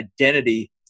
identity